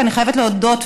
ואני חייבת להודות,